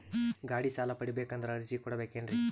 ಗಾಡಿ ಸಾಲ ಪಡಿಬೇಕಂದರ ಅರ್ಜಿ ಕೊಡಬೇಕೆನ್ರಿ?